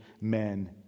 men